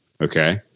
Okay